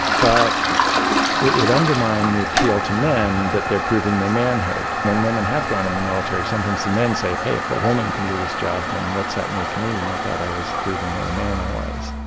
but it would undermine the appeal to men that they're proving their manhood. when women have gone in the military, sometimes the men say, hey, if a woman can do this job, then what's that make me? i thought i was proving what a man i was.